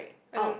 I don't know